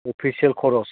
official खरस